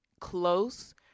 close